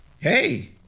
Hey